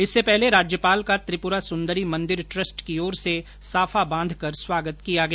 इससे पहले राज्यपाल का त्रिपुरा सुंदरी मंदिर ट्रस्ट की ओर से साफा बांधकर स्वागत किया गया